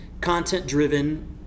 Content-driven